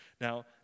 Now